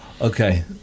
Okay